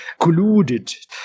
colluded